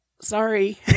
sorry